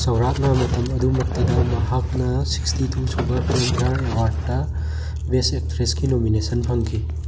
ꯆꯥꯎꯔꯥꯛꯅ ꯃꯇꯝ ꯑꯗꯨꯃꯛꯇꯗ ꯃꯍꯥꯛꯅ ꯁꯤꯛꯁꯇꯤ ꯇꯨ ꯁꯨꯕ ꯐꯤꯂꯝ ꯐꯤꯌꯥꯔ ꯑꯦꯋꯥꯔꯠꯇ ꯕꯦꯁ ꯑꯦꯛꯇ꯭ꯔꯦꯁꯀꯤ ꯅꯣꯃꯤꯅꯦꯁꯟ ꯐꯪꯈꯤ